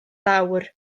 fawr